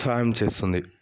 సహాయం చేస్తుంది